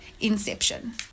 Inception